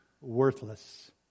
worthless